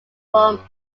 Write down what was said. from